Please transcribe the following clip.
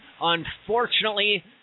Unfortunately